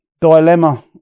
dilemma